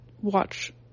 watch